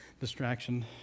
distraction